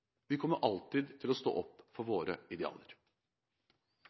Vi kommer alltid til å stå opp for våre idealer.